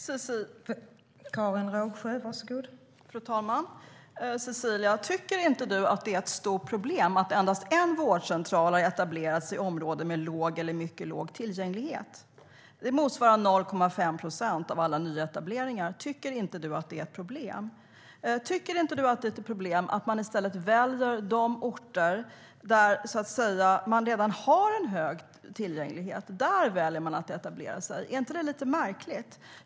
Fru talman! Tycker inte du, Cecilia, att det är ett stort problem att endast en vårdcentral har etablerats i ett område med en låg eller mycket låg tillgänglighet? Det motsvarar 0,5 procent av alla nyetableringar. Tycker inte du att det är ett problem? Tycker inte du att det är ett problem att man i stället väljer de orter där det redan är en hög tillgänglighet? Där väljer man att etablera sig. Är inte det lite märkligt?